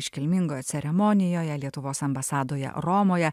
iškilmingoje ceremonijoje lietuvos ambasadoje romoje